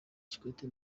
kikwete